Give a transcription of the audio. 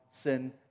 sin